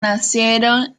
nacieron